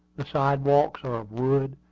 the sidewalks are of wood,